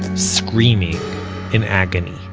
screaming in agony